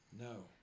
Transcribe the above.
No